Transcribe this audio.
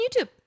YouTube